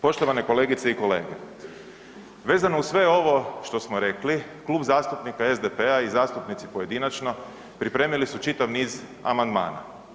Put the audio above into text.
Poštovane kolegice i kolege, vezano uz sve ovo što smo rekli, Klub zastupnika SDP-a i zastupnici pojedinačno, pripremili su čitav niz amandmana.